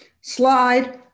slide